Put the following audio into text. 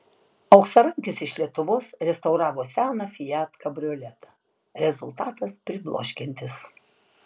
auksarankis iš lietuvos restauravo seną fiat kabrioletą rezultatas pribloškiantis